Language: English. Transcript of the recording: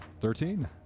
Thirteen